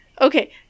Okay